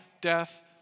death